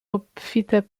obfite